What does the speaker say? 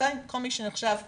כל מי שנחשב קטין,